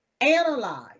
analyze